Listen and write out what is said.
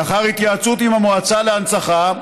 לאחר התייעצות עם המועצה להנצחה,